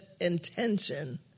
intention